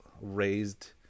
raised